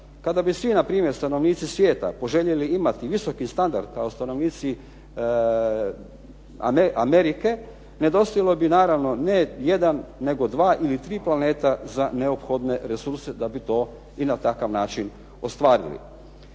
Kada bi svi na primjer stanovnici svijeta poželjeli imati visoki standard kao stanovnici Amerike nedostajalo bi naravno ne jedan nego dva ili tri planeta za neophodne resurse da bi to i na takav način ostvarili.